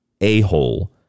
a-hole